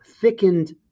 thickened